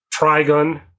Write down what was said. Trigun